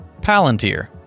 Palantir